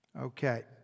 Okay